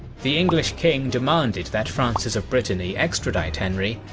the english king demanded that francis of brittany extradite henry,